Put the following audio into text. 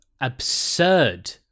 absurd